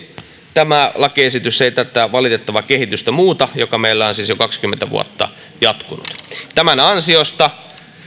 tämä lakiesitys ei muuta tätä valitettavaa kehitystä joka meillä on siis jo kaksikymmentä vuotta jatkunut tämän ansiosta